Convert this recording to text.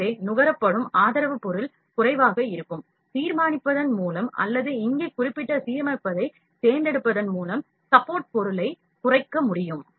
எனவே நுகரப்படும் ஆதரவு பொருள் குறைவாக இருக்கும் தீர்மானிப்பதன் மூலம் அல்லது இங்கே குறிப்பிட்ட சீரமைப்பைத் தேர்ந்தெடுப்பதன் மூலம் சப்போர்ட் பொருளைக் குறைக்க முடியும்